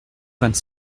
vingt